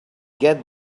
get